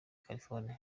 california